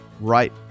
Right